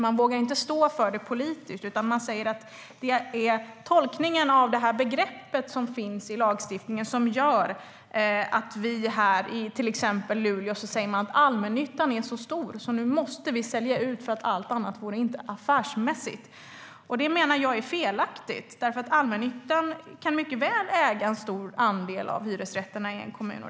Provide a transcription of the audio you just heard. Ingen vågar stå för det politiskt utan säger att det är tolkningen av begreppet i lagstiftningen som gör att man i till exempel Luleå säger att allmännyttan är så stor att man måste sälja ut, eftersom allt annat inte vore affärsmässigt. Jag menar att det är felaktigt. Allmännyttan kan mycket väl äga en stor andel av hyresrätterna i en kommun.